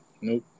Nope